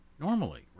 normally